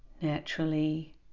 naturally